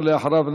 ואחריו,